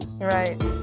Right